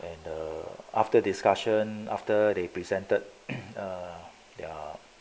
and the after discussion after they presented uh their